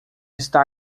está